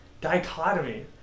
dichotomy